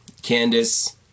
Candice